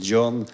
John